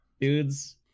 dudes